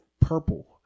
purple